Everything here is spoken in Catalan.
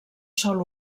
sol